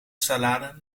salade